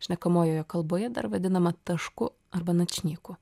šnekamojoje kalboje dar vadinama tašku arba načnyku